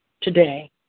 today